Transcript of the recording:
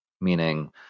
Meaning